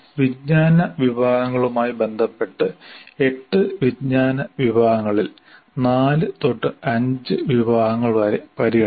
വിജ്ഞാന വിഭാഗങ്ങളുമായി ബന്ധപ്പെട്ട് 8 വിജ്ഞാന വിഭാഗങ്ങളിൽ 4 5 വിഭാഗങ്ങൾ വരെ പരിഗണിക്കാം